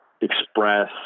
express